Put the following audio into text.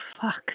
fuck